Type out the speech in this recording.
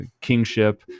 kingship